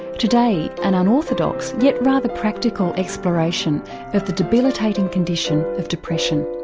today an unorthodox yet rather practical exploration of the debilitating condition of depression.